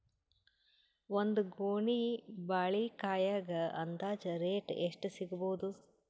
ಒಂದ್ ಗೊನಿ ಬಾಳೆಕಾಯಿಗ ಅಂದಾಜ ರೇಟ್ ಎಷ್ಟು ಸಿಗಬೋದ?